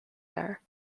there